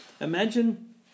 imagine